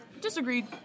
Disagreed